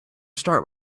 start